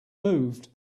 moved